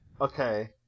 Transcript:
Okay